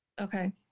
Okay